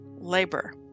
labor